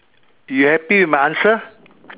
you happy with my answer